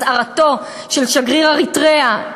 הצהרתו של שגריר אריתריאה,